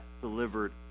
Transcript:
delivered